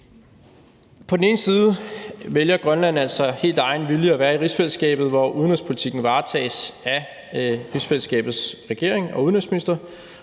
På den ene side vælger Grønland altså helt af egen vilje at være i rigsfællesskabet, hvor udenrigspolitikken varetages af rigsfællesskabets regering og udenrigsminister,